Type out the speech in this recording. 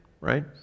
right